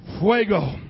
Fuego